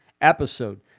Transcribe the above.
episode